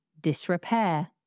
disrepair